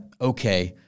Okay